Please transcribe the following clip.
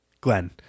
Glenn